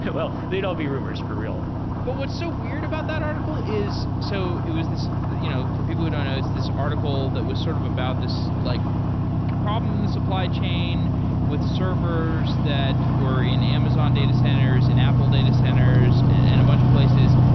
well, they'd all be rumors for real but what's so weird about that article is so it was this you know for people who don't know, it's this article that was sort of about this like problem in the supply chain with servers that were in amazon data centers, in apple data centers and a bunch of places.